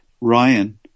Ryan